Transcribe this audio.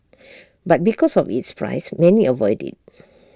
but because of its price many avoid IT